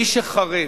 מי שחרד,